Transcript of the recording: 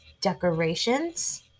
decorations